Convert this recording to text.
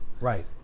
Right